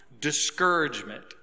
Discouragement